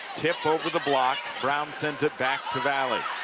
tip over the block brown sends it back to valley